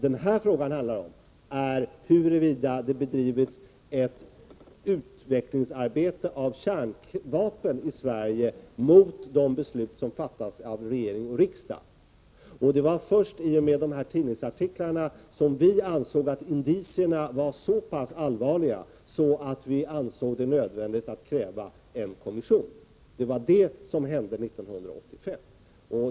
Denna fråga handlar om huruvida det har bedrivits utvecklingsarbete när det gäller kärnvapen i Sverige mot de beslut som fattats av regering och riksdag. Det var först i och med dessa tidningsartiklar vi ansåg att indicierna var så pass allvarliga att det var nödvändigt att kräva att en kommission skulle tillsättas. Det var detta som hände 1985.